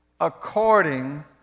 according